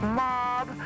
mob